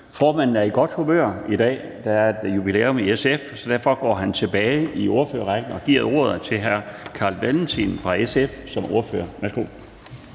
Formanden er i godt humør i dag, og der er et jubilæum i SF, så derfor går han tilbage i ordførerrækken og giver ordet til hr. Carl Valentin fra SF som ordfører.